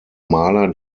maler